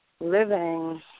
living